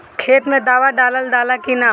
खेत मे दावा दालाल कि न?